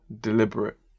deliberate